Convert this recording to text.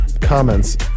comments